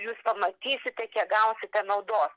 jūs pamatysite kiek gaukite naudos